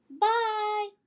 Bye